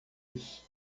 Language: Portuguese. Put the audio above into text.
isso